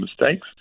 mistakes